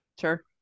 Sure